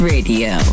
Radio